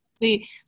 see